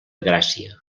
gràcia